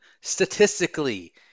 statistically